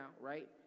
right